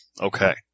Okay